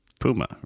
Puma